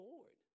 Lord